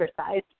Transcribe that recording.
exercise